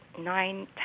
nine